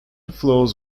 flows